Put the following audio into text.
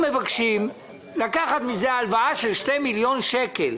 ביקשנו לקחת מזה הלוואה של שני מיליון שקל,